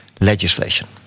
legislation